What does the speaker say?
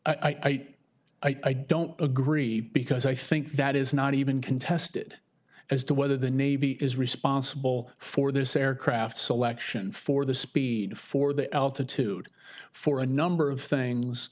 think i don't agree because i think that is not even contested as to whether the navy is responsible for this aircraft selection for the speed for the altitude for a number of things